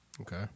Okay